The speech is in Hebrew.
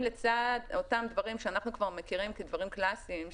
לצד אותם דברים שאנחנו כבר מכירים כדברים קלאסיים,